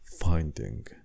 finding